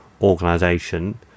organization